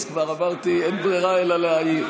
אז כבר אמרתי: אין ברירה אלא להעיר.